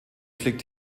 fliegt